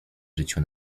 życiu